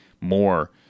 more